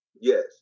yes